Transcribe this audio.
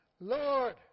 Lord